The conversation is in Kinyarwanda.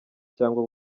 cyangwa